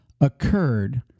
occurred